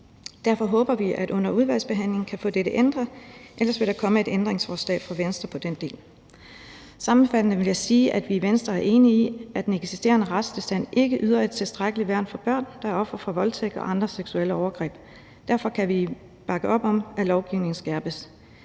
Derfor håber vi, at vi under udvalgsbehandlingen kan få dette ændret, for ellers vil der komme et ændringsforslag fra Venstre til den del. Sammenfattende vil jeg sige, at vi i Venstre er enige i, at den eksisterende retstilstand ikke yder et tilstrækkeligt værn for børn, der er ofre for voldtægt og andre seksuelle overgreb, og derfor kan vi bakke op om, at lovgivningen skærpes.